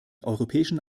europäischen